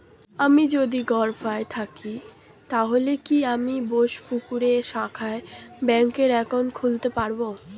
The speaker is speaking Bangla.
আমি যদি গরফায়ে থাকি তাহলে কি আমি বোসপুকুরের শাখায় ব্যঙ্ক একাউন্ট খুলতে পারবো?